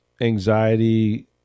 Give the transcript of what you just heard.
anxiety